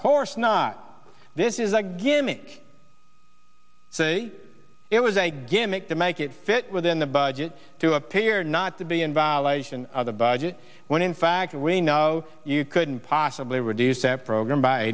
course not this is a gimmick say it was a gimmick to make it fit within the budget to appear not to be in violation of the budget when in fact we know you couldn't possibly reduce that program by